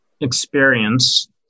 experience